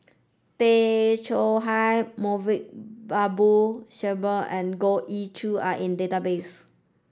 Tay Chong Hai Moulavi Babu Sahib and Goh Ee Choo are in database